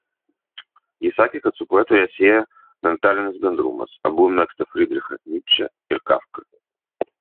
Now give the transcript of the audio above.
ji sakė kad su poetu ją sieja mentalinis bendrumas abu mėgsta frydrichą nyčę ir kafką